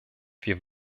wir